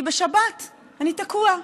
כי בשבת אני תקוע.